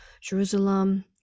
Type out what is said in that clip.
Jerusalem